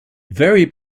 very